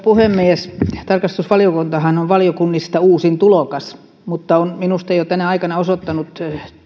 puhemies tarkastusvaliokuntahan on valiokunnista uusin tulokas mutta on minusta jo tänä aikana osoittanut